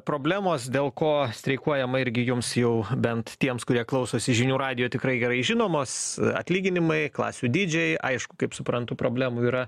problemos dėl ko streikuojama irgi jums jau bent tiems kurie klausosi žinių radijo tikrai gerai žinomos atlyginimai klasių dydžiai aišku kaip suprantu problemų yra